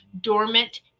dormant